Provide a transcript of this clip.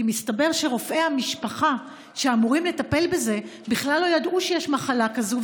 כי מסתבר שרופאי המשפחה שאמורים לטפל בזה בכלל לא ידעו שיש מחלה כזאת,